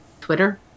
Twitter